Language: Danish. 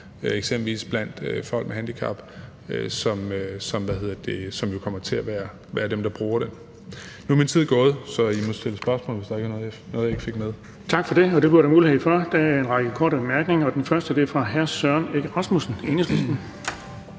eksempelvis blandt folk med handicap, som jo kommer til at være dem, der bruger det. Nu er min tid gået, så I må stille spørgsmål, hvis der er noget, jeg ikke fik med. Kl. 12:44 Den fg. formand (Erling Bonnesen): Tak for det, og det bliver der mulighed for. Der er en række korte bemærkninger, og den første er fra hr. Søren Egge Rasmussen, Enhedslisten.